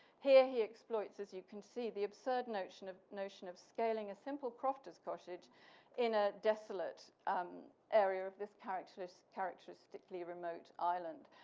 here, he exploits, as you can see, the absurd of notion of scaling a simple croft as cottage in a desolate um area of this characteristically characteristically remote island.